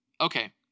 Okay